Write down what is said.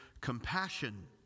compassion